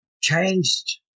changed